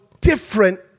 different